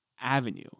avenue